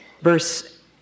verse